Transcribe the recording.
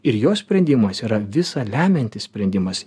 ir jos sprendimas yra visa lemiantis sprendimas